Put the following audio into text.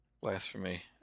Blasphemy